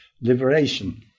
liberation